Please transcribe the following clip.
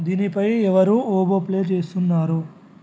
దీనిపై ఎవరు oboe play చేస్తున్నారు